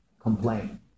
Complain